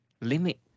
limit